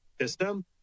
system